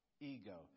ego